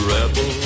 Rebel